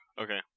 Okay